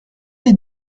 les